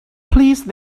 please